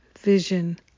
vision